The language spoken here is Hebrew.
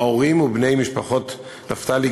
ההורים ובני משפחות נפתלי,